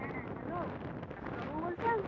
হ্যাঁ হ্যালো ডাক্তারবাবু বলছেন